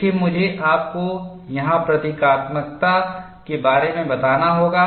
देखिए मुझे आपको यहाँ प्रतीकात्मकता के बारे में बताना होगा